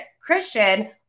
Christian